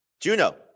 Juno